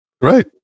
Right